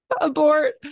abort